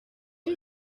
lui